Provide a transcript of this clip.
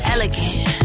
Elegant